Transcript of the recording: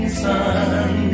sun